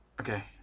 okay